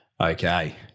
Okay